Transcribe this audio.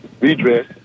redress